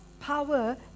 power